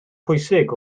pwysig